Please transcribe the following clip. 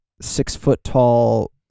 six-foot-tall